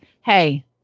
Hey